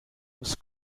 was